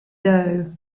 doe